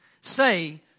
say